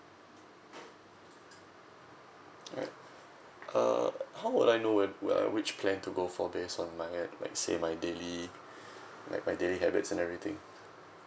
alright uh how would I know would would I which plan to go for based on my like say my daily like my daily habits and everything